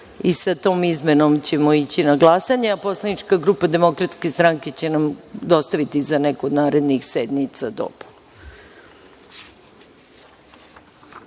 i sa tom izmenom ćemo ići na glasanje, a poslanička grupa DS će nam dostaviti za neku od narednih sednica dopunu. Po